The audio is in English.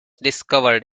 discovered